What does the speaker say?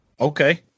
Okay